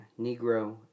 Negro